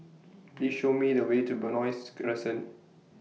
Please Show Me The Way to Benoi Crescent